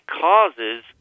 causes